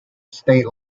state